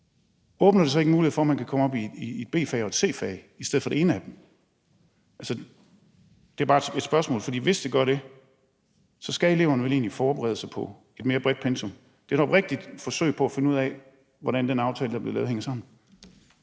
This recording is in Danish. åbner det så ikke for en mulighed for, at man kan komme op i et B-fag eller et C-fag i stedet for det ene af dem? Altså, det er bare et spørgsmål, for hvis det gør det, skal eleverne vel egentlig forberede sig på et mere bredt pensum. Det er et oprigtigt forsøg på at finde ud af, hvordan den aftale, der er blevet lavet, hænger sammen.